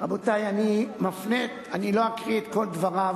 רבותי, אני מפנה, אני לא אקריא את כל דבריו.